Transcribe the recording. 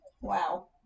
Wow